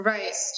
Right